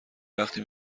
وقتی